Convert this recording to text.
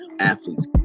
athletes